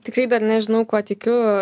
tikrai dar nežinau kuo tikiu